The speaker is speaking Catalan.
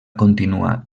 continuà